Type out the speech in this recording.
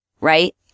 right